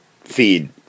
feed